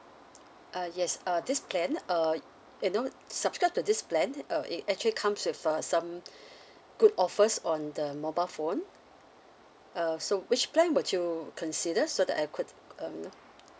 uh yes uh this plan uh you know subscribe to this plan uh it actually comes with uh some good offers on the mobile phone uh so which plan would you consider so that I could um know